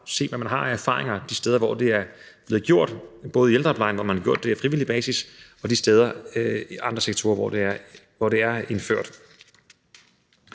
se, hvad man har af erfaringer de steder, hvor det er blevet gjort, både i ældreplejen, hvor man har gjort det på frivillig basis, og de steder i andre sektorer, hvor det er indført.